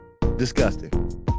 Disgusting